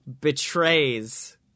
Betrays